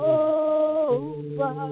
over